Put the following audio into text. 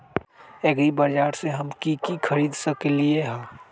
एग्रीबाजार से हम की की खरीद सकलियै ह?